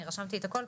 אני רשמתי את הכול,